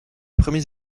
premiers